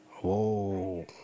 Whoa